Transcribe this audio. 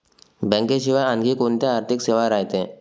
बँकेशिवाय आनखी कोंत्या आर्थिक सेवा रायते?